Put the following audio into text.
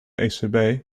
ecb